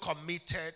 committed